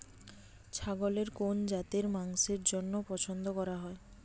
ছাগলের কোন জাতের মাংসের জন্য পছন্দ করা হয়?